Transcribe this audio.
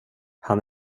han